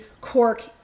cork